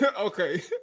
Okay